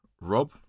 Rob